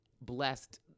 blessed